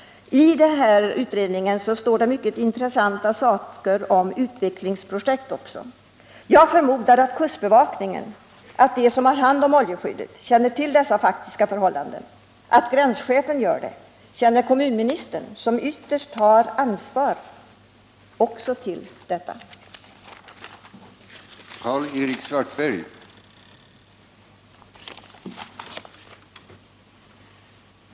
I den här utredningen står det också mycket intressanta saker om utvecklingsprojekt. Jag förmodar att kustbevakningen, de som har hand om oljeskyddet, känner till dessa faktiska förhållanden och att gränschefen gör det. Känner kommunministern, som ytterst har ett ansvar, också till dessa förhållanden?